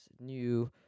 new